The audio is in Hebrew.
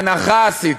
הנחה עשיתי.